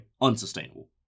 Unsustainable